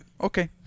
okay